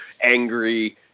angry